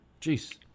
Jeez